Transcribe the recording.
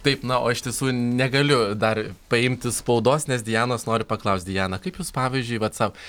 taip na o iš tiesų negaliu dar paimti spaudos nes dianos noriu paklaust diana kaip jūs pavyzdžiui vat sau